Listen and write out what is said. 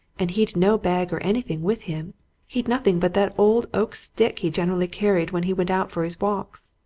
and he'd no bag or anything with him he'd nothing but that old oak stick he generally carried when he went out for his walks.